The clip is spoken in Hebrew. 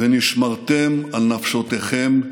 ונשמרתם מאוד לנפשותיכם.